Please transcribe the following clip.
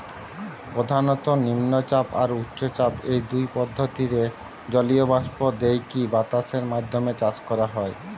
প্রধানত নিম্নচাপ আর উচ্চচাপ, ঔ দুই পদ্ধতিরে জলীয় বাষ্প দেইকি বাতাসের মাধ্যমে চাষ করা হয়